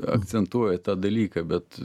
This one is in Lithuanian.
akcentuoja tą dalyką bet